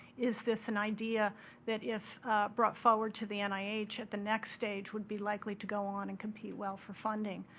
is this an idea that if brought forward to the nih at the next stage, will be likely to go on and compete well for funding?